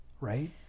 Right